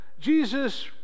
Jesus